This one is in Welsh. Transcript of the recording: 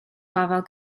gofal